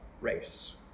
race